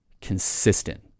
consistent